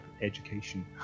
education